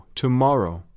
tomorrow